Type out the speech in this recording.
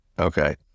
Okay